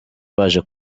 baje